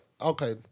okay